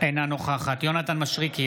אינה נוכחת יונתן מישרקי,